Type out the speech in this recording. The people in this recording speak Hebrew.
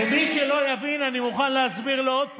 ומי שלא יבין, אני מוכן להסביר לו עוד פעם.